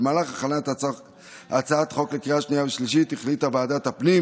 במהלך הכנת הצעת החוק לקריאה שנייה ושלישית החליטה ועדת הפנים